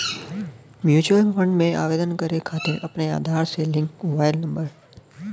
mutual fund में आवेदन करे खातिर अपने आधार से लिंक मोबाइल नंबर देना होला